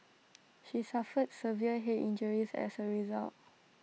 she suffered severe Head injuries as A result